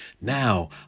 Now